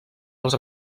els